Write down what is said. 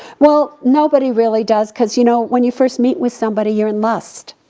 well, nobody really does cause you know, when you first meet with somebody you're in lust.